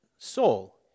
soul